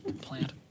plant